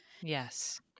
Yes